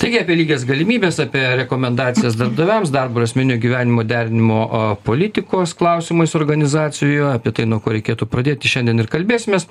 taigi apie lygias galimybes apie rekomendacijas darbdaviams darbo ir asmeninio gyvenimo derinimo politikos klausimais organizacijoje apie tai nuo ko reikėtų pradėti šiandien ir kalbėsimės